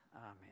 Amen